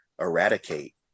eradicate